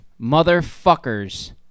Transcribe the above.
motherfuckers